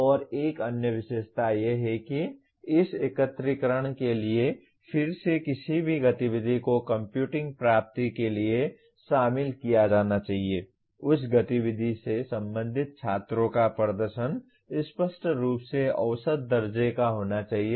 और एक अन्य विशेषता यह है कि इस एकत्रीकरण के लिए फिर से किसी भी गतिविधि को कम्प्यूटिंग प्राप्ति के लिए शामिल किया जाना चाहिए उस गतिविधि से संबंधित छात्रों का प्रदर्शन स्पष्ट रूप से औसत दर्जे का होना चाहिए